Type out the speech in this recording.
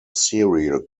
serial